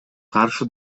каршы